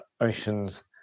oceans